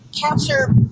Cancer